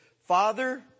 Father